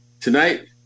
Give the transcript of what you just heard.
Tonight